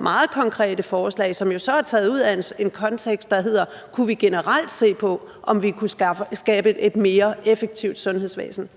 meget konkrete forslag, som jo så er taget ud af en kontekst, der hedder: Kunne vi generelt se på, om vi kunne skabe et mere effektivt sundhedsvæsen?